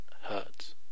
hurts